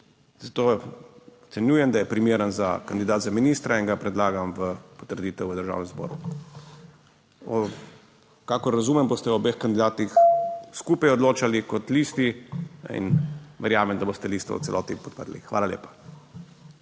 Zato ocenjujem, da je primeren za kandidat za ministra in ga predlagam v potrditev v Državnem zboru. Kakor razumem, boste o obeh kandidatih skupaj odločali kot listi, in verjamem, da boste listo v celoti podprli. Hvala lepa.